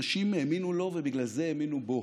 אנשים האמינו לו ובגלל זה האמינו בו.